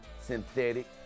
synthetic